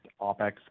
OPEX